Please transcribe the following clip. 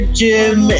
gym